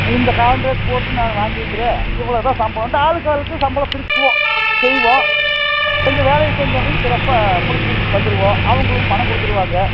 இந்த காண்ட்ரேக்ட் போட்டு நாங்கள் வாங்கிக்கிறேன் இவ்ளோ தான் சம்பளோண்ட்டு ஆளுக்கு ஆளுக்கு சம்பளம் பிரிச்சுக்குவோம் செய்வோம் கொஞ்சம் வேலையும் செஞ்சோன்னையும் சிறப்பாக முடிச்சு கொடுத்துட்டு வந்துருவோம் அவங்களும் பணம் கொடுத்துருவாங்க